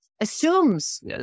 assumes